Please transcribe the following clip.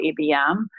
ABM